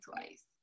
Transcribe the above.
twice